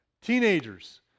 teenagers